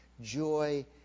Joy